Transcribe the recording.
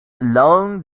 along